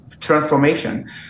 transformation